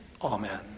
Amen